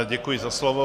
Děkuji za slovo.